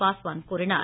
பாஸ்வான் கூறினார்